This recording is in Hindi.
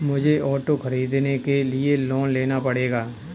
मुझे ऑटो खरीदने के लिए लोन लेना पड़ेगा